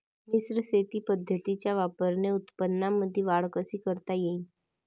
मिश्र शेती पद्धतीच्या वापराने उत्पन्नामंदी वाढ कशी करता येईन?